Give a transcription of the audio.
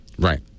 Right